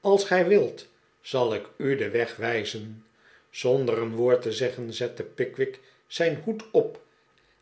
als gij wilt zal ik u den weg wijzen zonder een woord te zeggen zette pickwick zijn hoed op